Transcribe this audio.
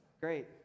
Great